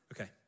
Okay